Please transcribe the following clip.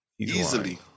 easily